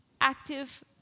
active